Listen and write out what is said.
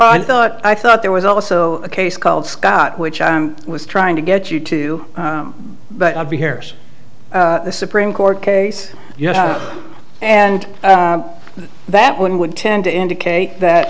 i thought i thought there was also a case called scott which i was trying to get you to be here the supreme court case yes and that one would tend to indicate that